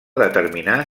determinar